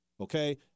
okay